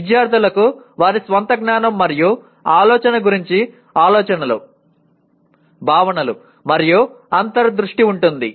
విద్యార్థులకు వారి స్వంత జ్ఞానం మరియు ఆలోచన గురించి ఆలోచనలు భావాలు మరియు అంతర్ దృష్టి ఉంటుంది